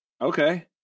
okay